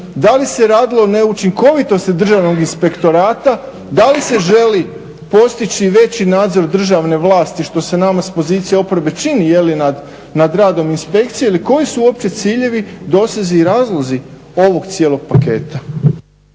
da li se radilo o neučinkovitosti Državnog inspektorata, da li se želi postići veći nadzor državne vlasti što se nama s pozicije oporbe čini je li nad gradom inspkecija ili koji su uopće ciljevi, dosezi i razlozi ovog cijelog paketa.